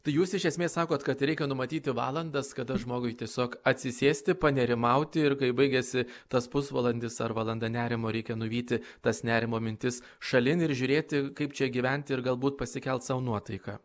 tai jūs iš esmės sakot kad reikia numatyti valandas kada žmogui tiesiog atsisėsti nerimauti ir kai baigiasi tas pusvalandis ar valanda nerimo reikia nuvyti tas nerimo mintis šalin ir žiūrėti kaip čia gyventi ir galbūt pasikelt sau nuotaiką